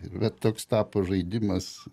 ir va toks tapo žaidimas